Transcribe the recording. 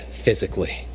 physically